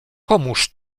komuż